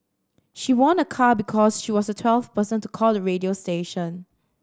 she won a car because she was the twelfth person to call the radio station